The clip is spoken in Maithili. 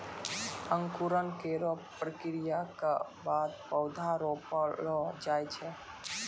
अंकुरन केरो प्रक्रिया क बाद पौधा रोपलो जाय छै